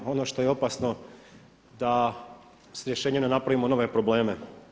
A ono što je opasno da s rješenjem ne napravimo nove probleme.